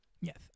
Yes